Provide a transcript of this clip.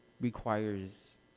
requires